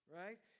right